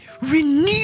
Renew